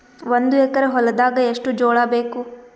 ಒಂದು ಎಕರ ಹೊಲದಾಗ ಎಷ್ಟು ಜೋಳಾಬೇಕು?